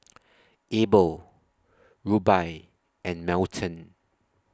Abel Rubye and Melton